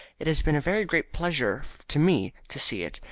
it has been a very great pleasure to me to see it,